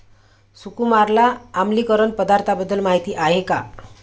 सुकुमारला आम्लीकरण पदार्थांबद्दल माहिती आहे का?